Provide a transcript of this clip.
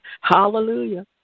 Hallelujah